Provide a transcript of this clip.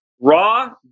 raw